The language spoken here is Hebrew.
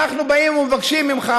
אנחנו באים ומבקשים ממך,